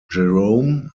jerome